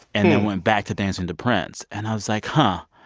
and then went back to dancing to prince. and i was like, huh.